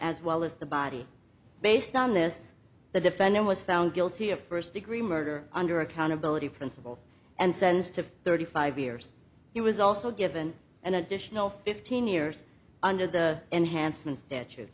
as well as the body based on this the defendant was found guilty of first degree murder under accountability principle and sends to thirty five years he was also given an additional fifteen years under the enhancement statu